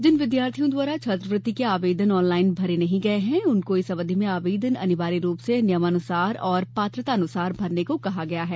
जिन विद्यार्थियों द्वारा छात्रवृत्ति के आवेदन ऑनलाइन भरे नहीं गये है उनको इस अवधि में आवेदन अनिवार्य रूप से नियमानुसार एवं पात्रतानुसार भरने को कहा गया है